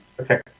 Okay